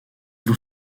loup